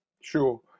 Sure